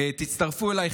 תצטרפו אליי,